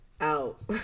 out